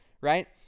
right